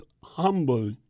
humble